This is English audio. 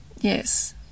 Yes